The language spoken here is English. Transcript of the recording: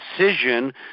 decision